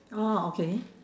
oh okay